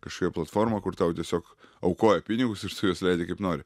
kažkokia platforma kur tau tiesiog aukoja pinigus ir tu juos leidi kaip nori